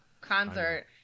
concert